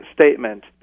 statement